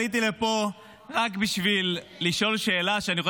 עליתי לפה רק בשביל לשאול שאלה שאני חושב